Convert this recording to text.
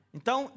Então